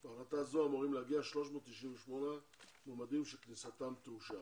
לפי החלטה זו אמורים להגיע 398 מועמדים שכניסתם תאושר.